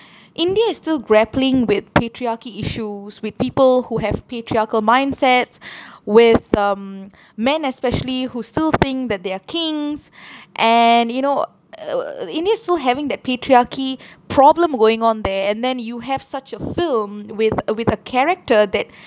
india is still grappling with patriarchy issues with people who have patriarchal mindsets with um men especially who still think that they are kings and you know uh india is still having that patriarchy problem going on there and then you have such a film with with a character that